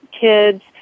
kids